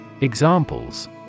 Examples